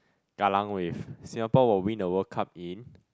Kallang Wave Singapore will win the World Cup in